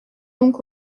donc